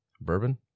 Bourbon